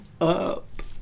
up